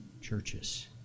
churches